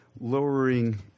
lowering